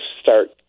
start